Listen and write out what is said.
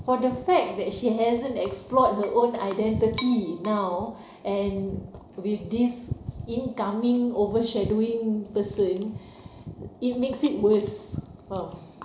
for the fact that she hasn't explored her own identity now and with this incoming overshadowing person it makes it worse faham